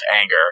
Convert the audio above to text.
anger